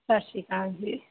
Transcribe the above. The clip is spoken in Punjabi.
ਸਤਿ ਸ਼੍ਰੀ ਅਕਾਲ ਜੀ